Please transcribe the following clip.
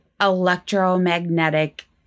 electromagnetic